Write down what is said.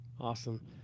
awesome